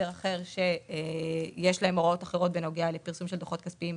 הוראות אחרות בנוגע לפרסום של דוחות כספיים,